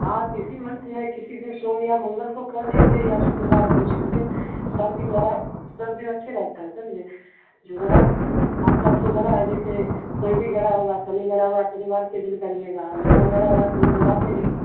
हाँ तो इसी मन्थ में किसी सोम या मंगल को कर लीजिए या शुक्रवार को जिस दिन सब दिन अच्छा रहता है समझे जो आपका जो बरा है जैसे कोई भी गरा होगा शनि गरा हुआ शनिवार के दिन करिएगा मंगल गरा हुआ तो मंगलवार के दिन करिएगा